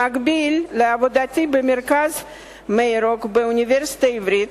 במקביל לעבודתי במרכז "מיירוק" באוניברסיטה העברית,